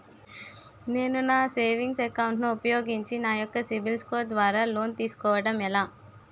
నేను నా savings account ను ఉపయోగించి నా యెక్క సిబిల్ స్కోర్ ద్వారా లోన్తీ సుకోవడం ఎలా?